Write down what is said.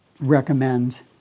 recommend